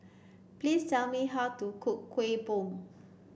please tell me how to cook Kuih Bom